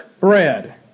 bread